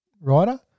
writer